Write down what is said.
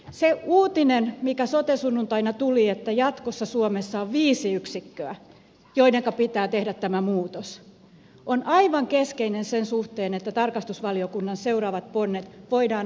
se uutinen mikä sote sunnuntaina tuli että jatkossa suomessa on viisi yksikköä joidenka pitää tehdä tämä muutos on aivan keskeinen sen suhteen että tarkastusvaliokunnan seuraavat ponnet voidaan oikeasti toteuttaa